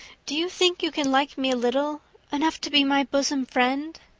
do you think you can like me a little enough to be my bosom friend?